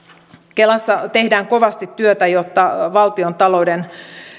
kelassa tehdään kovasti työtä jotta valtiontalouden